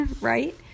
right